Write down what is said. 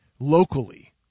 Locally